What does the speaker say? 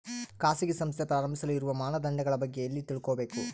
ಖಾಸಗಿ ಸಂಸ್ಥೆ ಪ್ರಾರಂಭಿಸಲು ಇರುವ ಮಾನದಂಡಗಳ ಬಗ್ಗೆ ಎಲ್ಲಿ ತಿಳ್ಕೊಬೇಕು?